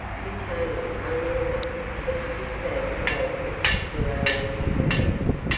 retaining only enough of its pristine wildness for romantic effect.